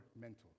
mental